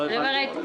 לא הבנתי.